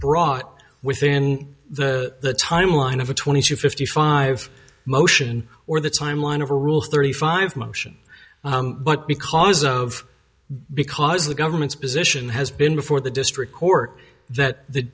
brought within the timeline of a twenty two fifty five motion or the timeline of a rule thirty five motion but because of because the government's position has been before the district court that